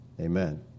Amen